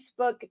Facebook